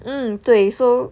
mm 对 so